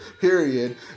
period